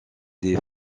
des